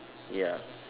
ya